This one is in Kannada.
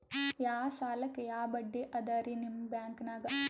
ಯಾ ಸಾಲಕ್ಕ ಯಾ ಬಡ್ಡಿ ಅದರಿ ನಿಮ್ಮ ಬ್ಯಾಂಕನಾಗ?